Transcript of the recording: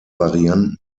varianten